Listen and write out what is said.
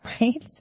right